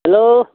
hello